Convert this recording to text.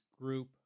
group